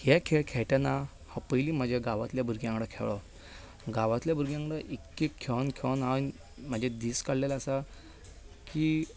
हे खेळ खेळटना हांव पयलीं म्हज्या गांवांतल्या भुरग्यां वांगडा खेळ्ळों गांवांतल्या भुरग्यां वांगडा इतलो खेळून खेळून हांवें म्हजे दीस काडिल्ले आसा की